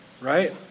right